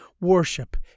worship